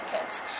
kids